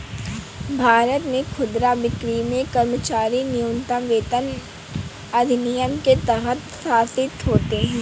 भारत में खुदरा बिक्री में कर्मचारी न्यूनतम वेतन अधिनियम के तहत शासित होते है